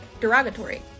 Derogatory